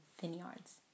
vineyards